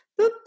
boop